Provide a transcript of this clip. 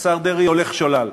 השר דרעי, הולך שולל.